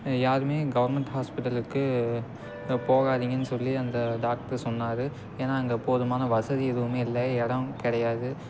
யாரும் கவர்மெண்ட் ஹாஸ்பிட்டலுக்கு போகாதீங்கன்னு சொல்லி அந்த டாக்ட்ரு சொன்னார் ஏன்னா அங்கே போதுமான வசதி எதுவும் இல்லை இடம் கிடையாது